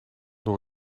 door